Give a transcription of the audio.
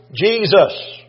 Jesus